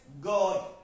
God